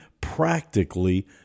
practically